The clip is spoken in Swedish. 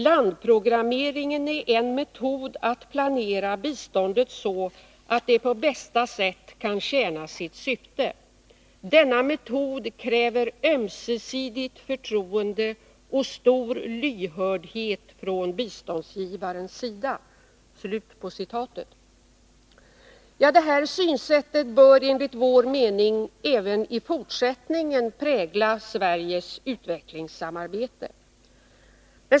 Landprogrammeringen är en metod att planera biståndet så, att det på bästa sätt kan tjäna sitt syfte. Denna metod kräver ömsesidigt förtroende och stor lyhördhet från biståndsgivarens sida.” Detta synsätt bör, enligt vår mening, även i fortsättningen prägla Sveriges utvecklingssamarbete.